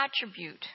attribute